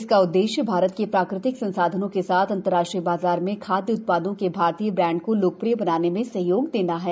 इसका उद्देश्य भारत के प्राकृतिक संसाधनों के साथ अंतरराष्ट्रीय बाजार में खाद्य उत्पादों के भारतीय ब्रांडों को लोकप्रिय बनाने में सहयोग देना है